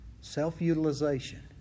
Self-utilization